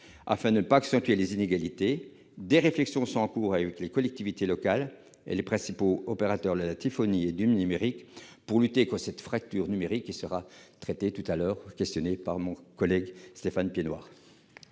afin de ne pas accentuer les inégalités. Des réflexions sont en cours avec les collectivités locales et les principaux opérateurs de la téléphonie et du numérique, pour lutter contre la fracture numérique. Cela fera l'objet d'une question de mon collègue Stéphane Piednoir.